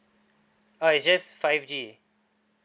oh it's just five G